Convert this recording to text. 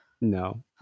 No